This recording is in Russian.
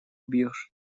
бьешь